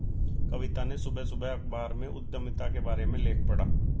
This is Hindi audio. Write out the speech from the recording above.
कविता ने सुबह सुबह अखबार में उधमिता के बारे में लेख पढ़ा